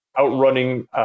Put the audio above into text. outrunning